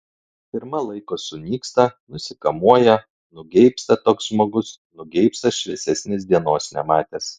pirma laiko sunyksta nusikamuoja nugeibsta toks žmogus nugeibsta šviesesnės dienos nematęs